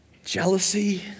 Jealousy